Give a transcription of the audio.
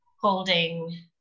holding